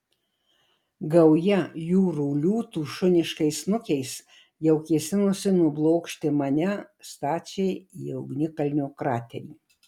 gauja jūrų liūtų šuniškais snukiais jau kėsinosi nublokšti mane stačiai į ugnikalnio kraterį